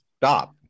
stop